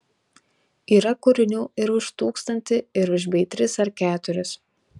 yra kūrinių ir už tūkstantį ir už bei tris ar keturis